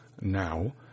now